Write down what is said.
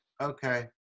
Okay